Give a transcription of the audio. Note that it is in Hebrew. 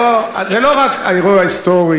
זה לא רק אירוע היסטורי,